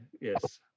yes